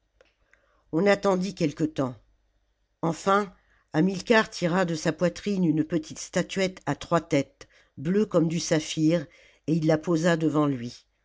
on attendit quelque temps enfin hamilcar tira de sa poitrine une petite statuette à trois têtes bleue comme du saphir et il la posa devant lui